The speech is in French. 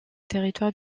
territoire